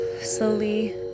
slowly